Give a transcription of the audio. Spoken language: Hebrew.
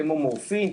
כמו מורפין,